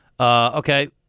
Okay